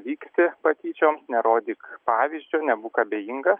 vykti patyčioms nerodyk pavyzdžio nebūk abejingas